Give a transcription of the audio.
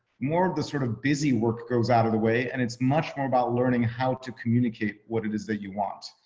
more of the sort of busy work goes out of the way. and it's much more about learning how to communicate what it is that you want.